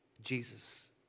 Jesus